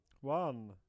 One